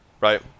Right